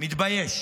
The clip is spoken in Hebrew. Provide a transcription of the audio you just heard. אני מתבייש.